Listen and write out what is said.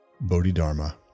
Bodhidharma